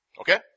Okay